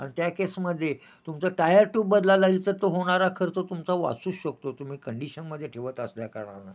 आणि त्या केसमध्ये तुमचं टायर टूब बदला लागेल तर तो होणारा खर्च तुमचा वाचूच शकतो तुम्ही कंडिशनमध्ये ठेवत असल्याकारणानं